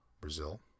Brazil